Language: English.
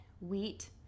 wheat